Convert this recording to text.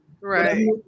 Right